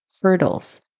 hurdles